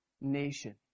nation